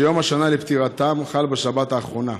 שיום השנה לפטירתם חל בשבת האחרונה.